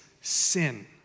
sin